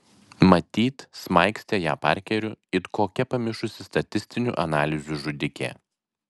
matyt smaigstė ją parkeriu it kokia pamišusi statistinių analizių žudikė